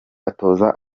atoza